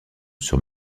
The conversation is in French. sur